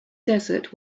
desert